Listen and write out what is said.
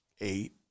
eight